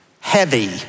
heavy